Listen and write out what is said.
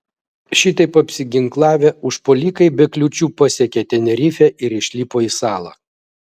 šitaip apsiginklavę užpuolikai be kliūčių pasiekė tenerifę ir išlipo į salą